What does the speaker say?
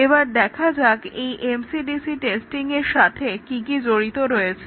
এবার দেখা যাক এই MCDC টেস্টিংয়ের সাথে কি কি জড়িত আছে